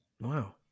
Wow